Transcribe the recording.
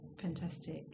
Fantastic